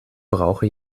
brauche